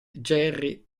jerry